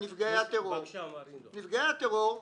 נפגעי הטרור.